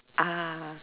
ah